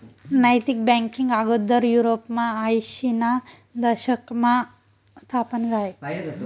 नैतिक बँकींग आगोदर युरोपमा आयशीना दशकमा स्थापन झायं